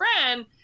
friend